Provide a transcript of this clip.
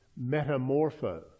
metamorpho